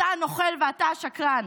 אתה הנוכל ואתה השקרן.